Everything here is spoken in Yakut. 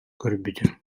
көрбүтүм